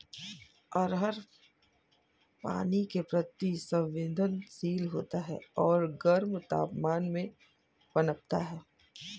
अरहर पानी के प्रति संवेदनशील होता है और गर्म तापमान में पनपता है